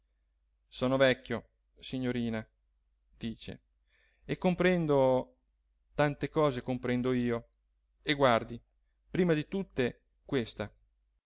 sono vecchio signorina dice e comprendo tante cose comprendo io e guardi prima di tutte questa